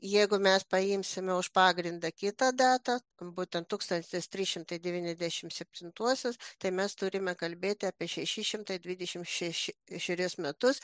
jeigu mes paimsime už pagrindą kitą datą būtent tūkstantis trys šimtai devyniasdešimt septintuosius tai mes turime kalbėti apie šešišimtai dvidešimt šeši šerius metus